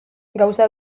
gauza